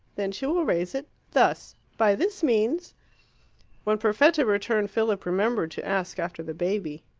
then she will raise it thus. by this means when perfetta returned, philip remembered to ask after the baby.